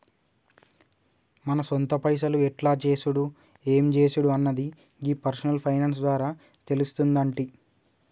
మన సొంత పైసలు ఎట్ల చేసుడు ఎం జేసుడు అన్నది గీ పర్సనల్ ఫైనాన్స్ ద్వారా తెలుస్తుందంటి